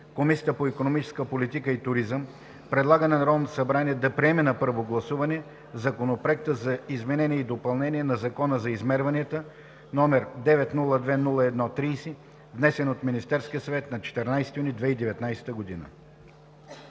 Комисията по икономическа политика и туризъм предлага на Народното събрание да приеме на първо гласуване Законопроект за изменение и допълнение на Закона за измерванията, № 902-01-30, внесен от Министерския съвет на 14 юни 2019 г.“